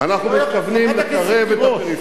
למה אתה מתעלם, חברת הכנסת תירוש.